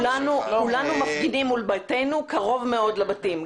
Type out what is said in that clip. שלמה קרעי, כולנו מפגינים קרוב מאוד לבתים.